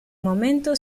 momento